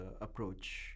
approach